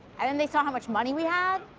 and then they saw how much money we had.